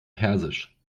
persisch